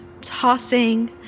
tossing